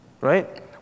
Right